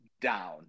down